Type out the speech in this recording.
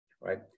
right